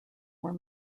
were